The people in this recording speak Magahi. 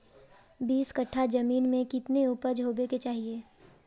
बीस कट्ठा जमीन में कितने उपज होबे के चाहिए?